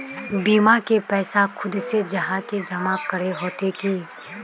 बीमा के पैसा खुद से जाहा के जमा करे होते की?